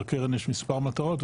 לקרן יש מספר מטרות,